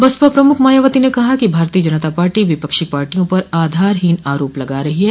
बसपा प्रमुख मायावती ने कहा कि भारतीय जनता पार्टी विपक्षी पार्टियों पर आधारहीन आरोप लगा रही है